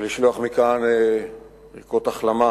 ולשלוח מכאן ברכות החלמה